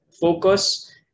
focus